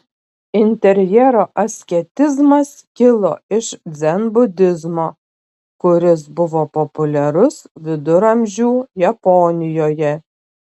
interjero asketizmas kilo iš dzenbudizmo kuris buvo populiarus viduramžių japonijoje